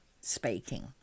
speaking